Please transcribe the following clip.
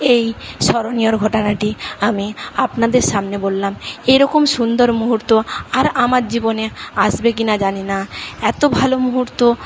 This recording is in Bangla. এই স্মরণীয়র ঘটনাটি আমি আপনাদের সামনে বললাম এরকম সুন্দর মুহূর্ত আর আমার জীবনে আসবে কিনা জানি না এত ভালো মুহূর্ত